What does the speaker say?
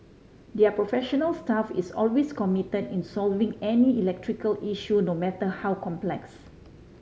their professional staff is always committed in solving any electrical issue no matter how complex